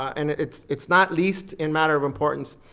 and it's it's not least in matter of importance,